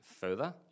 further